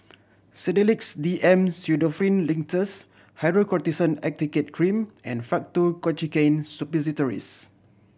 Sedilix D M Pseudoephrine Linctus Hydrocortisone Acetate Cream and Faktu Cinchocaine Suppositories